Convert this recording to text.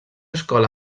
escola